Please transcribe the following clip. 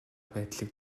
байдлыг